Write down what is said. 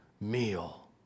meal